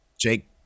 jake